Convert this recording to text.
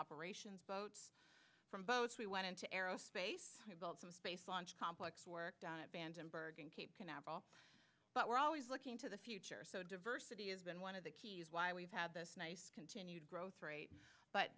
operations boats from boats we went into aerospace some space launch complex work done at vandenberg in cape canaveral but we're always looking to the future so diversity has been one of the keys why we've had this nice continued growth rate but